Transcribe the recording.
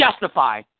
justify